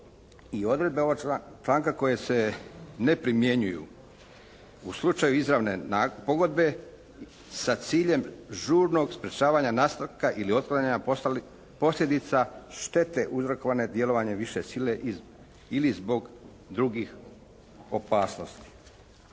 i odredbe članka koje se ne primjenjuju u slučaju izravne pogodbe sa ciljem žurnog sprečavanja nastanka ili otklanjanja posljedica štete uzrokovane djelovanjem više sile ili zbog drugih opasnosti.